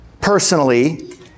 personally